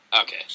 Okay